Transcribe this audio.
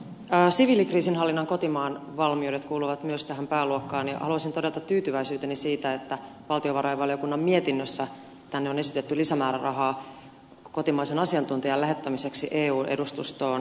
siviilikriisinhallinnan kotimaan valmiudet kuuluvat myös tähän pääluokkaan ja haluaisin todeta tyytyväisyyteni siitä että valtiovarainvaliokunnan mietinnössä tänne on esitetty lisämäärärahaa kotimaisen asiantuntijan lähettämiseksi eu edustustoon